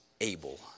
able